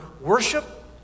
worship